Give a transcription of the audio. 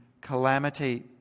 calamity